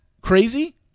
crazy